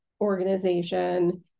organization